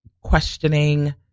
questioning